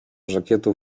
żakietu